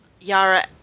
Yara